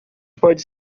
pode